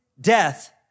death